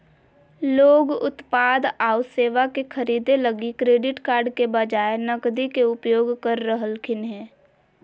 लोग उत्पाद आऊ सेवा के खरीदे लगी क्रेडिट कार्ड के बजाए नकदी के उपयोग कर रहलखिन हें